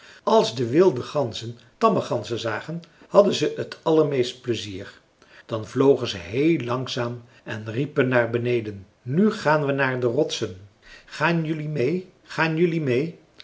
als de wilde ganzen tamme ganzen zagen hadden ze t allermeest pleizier dan vlogen ze heel langzaam en riepen naar beneden nu gaan we naar de rotsen gaan jelui meê gaan jelui meê